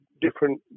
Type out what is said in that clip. different